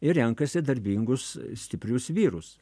jie renkasi darbingus stiprius vyrus